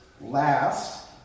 last